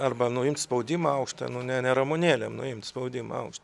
arba nuimt spaudimą aukštą nu ne ramunėlėm nuimt spaudimą aukštą